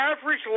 average